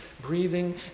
Breathing